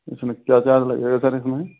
इसमें क्या चार्ज लगेगा सर इसमें